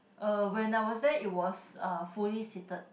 uh when I was there it was uh fully seated